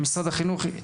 החינוך